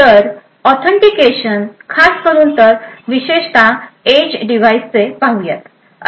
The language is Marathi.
तर ऑथेंटिकेशन खास करून तर विशेषत एज डिव्हाइसचे पाहूयात